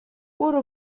برو